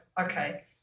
okay